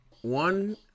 one